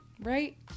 Right